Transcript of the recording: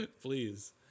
please